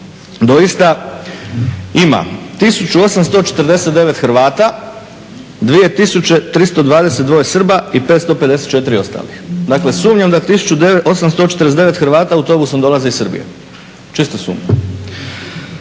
doista ima 1849 Hrvata, 2322 Srba i 554 ostalih. Dakle, sumnjam da 1849 Hrvata autobusom dolazi iz Srbije, čisto sumnjam.